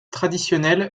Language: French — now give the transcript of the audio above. traditionnelle